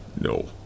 No